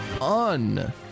on